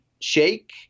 shake